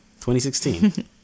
2016